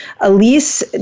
Elise